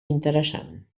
interessant